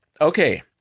Okay